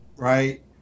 right